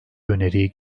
öneriyi